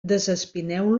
desespineu